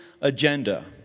agenda